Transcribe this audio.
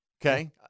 Okay